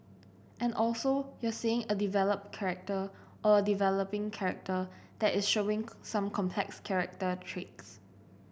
and also you're seeing a developed character or a developing character that is showing some complex character traits